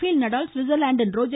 பேல் நடால் ஸ்விட்சர்லாந்தின் ரோஜர்